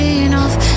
enough